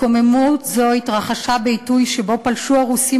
התקוממות זו התרחשה בעיתוי שבו פלשו הרוסים